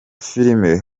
filime